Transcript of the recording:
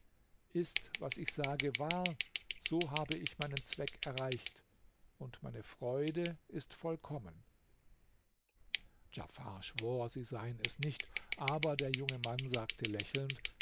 ist was ich sage wahr so habe ich meinen zweck erreicht und meine freude ist vollkommen djafar schwor sie seien es nicht aber der junge mann sagte lächelnd